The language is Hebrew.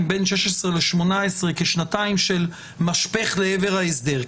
בין 16 ל-18 כשנתיים של משפך לעבר ההסדר,